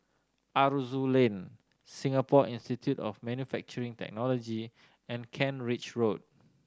Aroozoo Lane Singapore Institute of Manufacturing Technology and Kent Ridge Road